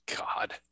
god